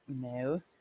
No